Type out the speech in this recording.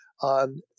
on